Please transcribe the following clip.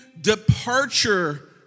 departure